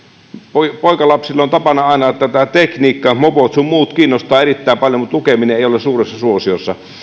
poikalapsilla on tapana aina tätä tekniikkaa mopot sun muut kiinnostavat erittäin paljon mutta lukeminen ei ole suuressa suosiossa mutta